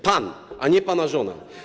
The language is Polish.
Pan, a nie pana żona.